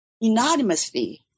anonymously